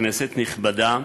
כנסת נכבדה,